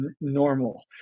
normal